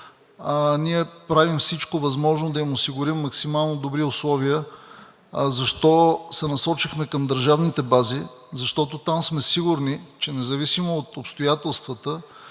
ние правим всичко възможно да им осигурим максимално добри условия. Защо се насочихме към държавните бази? Защото за тях сме сигурни, че независимо от обстоятелствата,